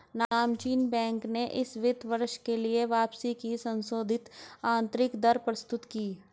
नामचीन बैंक ने इस वित्त वर्ष के लिए वापसी की संशोधित आंतरिक दर प्रस्तुत की